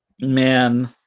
Man